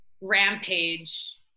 rampage